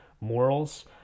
morals